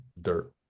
Dirt